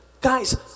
guys